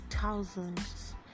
thousands